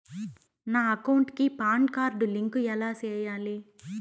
నా అకౌంట్ కి PAN card link ఎలా సేయాలి